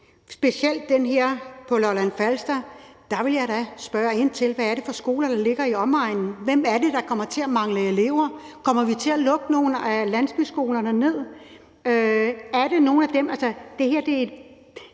til den her skole på Lolland-Falster. Der vil jeg da spørge ind til, hvad det er for nogle skoler, der ligger i omegnen. Hvem er det, der kommer til at mangle elever? Kommer vi til at lukke nogle af landsbyskolerne ned? Det er et